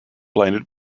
blinded